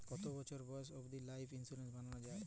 কতো বছর বয়স অব্দি লাইফ ইন্সুরেন্স করানো যাবে?